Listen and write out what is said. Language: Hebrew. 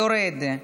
יורד.